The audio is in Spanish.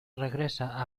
regresa